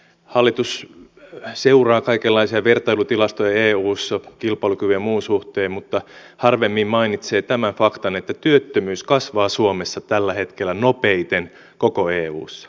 hallitus seuraa kaikenlaisia vertailutilastoja eussa kilpailukyvyn ja muun suhteen mutta harvemmin mainitsee tämän faktan että työttömyys kasvaa suomessa tällä hetkellä nopeiten koko eussa